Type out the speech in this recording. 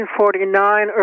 1949